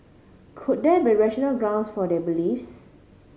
could there be rational grounds for their beliefs